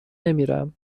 نمیرم